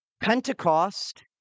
Pentecost